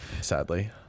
Sadly